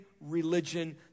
religion